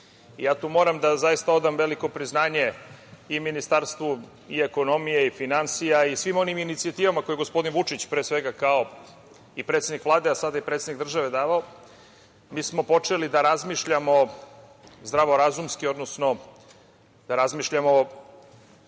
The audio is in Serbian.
Tu moram da zaista odam veliko priznanje i Ministarstvu ekonomije i Ministarstvu finansija i svim onim inicijativama koje je gospodin Vučić, pre svega kao predsednik Vlade, a sada i predsednik države davao. Mi smo počeli da razmišljamo zdravorazumski, odnosno da razmišljamo